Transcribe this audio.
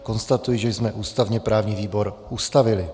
Konstatuji, že jsme ústavněprávní výbor ustavili.